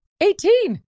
Eighteen